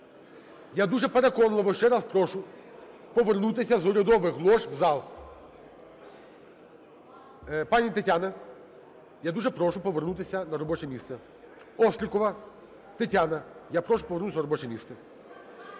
Я дуже переконливо ще раз прошу повернутися з урядових лож в зал. Пані Тетяна, я дуже прошу повернутися на робоче місце. Острікова Тетяна, я прошу повернутися на робоче місце.